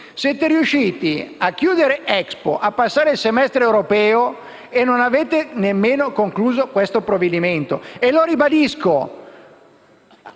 Siete riusciti a chiudere Expo e a passare il semestre europeo senza portare a conclusione questo provvedimento. E ribadisco